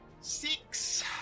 Six